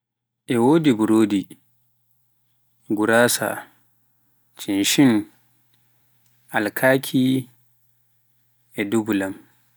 e wodi burodi, gurasa, cinshin, alkaki, e dubulan.